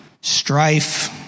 strife